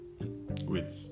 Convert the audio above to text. wait